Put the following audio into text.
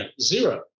zero